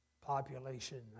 population